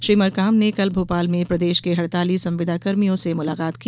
श्री मरकाम ने कल भोपाल में प्रदेश के हड़ताली संविदा कर्मियों से मुलाकात की